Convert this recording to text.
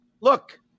look